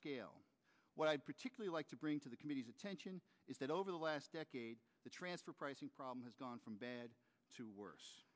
scale what i particularly like to bring to the committee's attention is that over the last decade the transfer pricing problem has gone from bad to